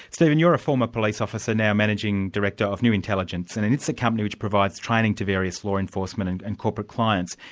steven, you're a former police officer, now managing director of new intelligence, and and it's a company which provides training to various law enforcement and and corporate clients.